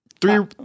Three